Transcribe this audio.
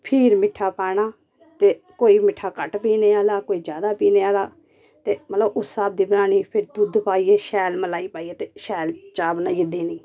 फिर मिट्ठा पाना ते कोई मिट्ठा घट्ट पीने आह्ला कोई जैदा पीने आह्ला ते मतलब उस स्हाब दी बनानी फिर दुद्ध पाइयै शैल मलाई पाइयै ते शैल चाह् बनाइयै देनी